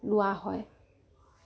লোৱা হয়